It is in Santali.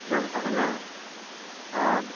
ᱡᱚᱢ ᱛᱟᱦᱮᱱᱟ ᱟᱨ